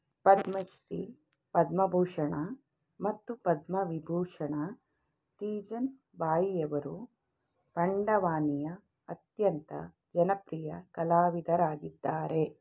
ಪದ್ಮಶ್ರೀ ಪದ್ಮಭೂಷಣ ಮತ್ತು ಪದ್ಮವಿಭೂಷಣ ತೀಜನ್ ಬಾಯಿಯವರು ಪಂಡವಾನಿಯ ಅತ್ಯಂತ ಜನಪ್ರಿಯ ಕಲಾವಿದರಾಗಿದ್ದಾರೆ